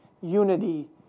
unity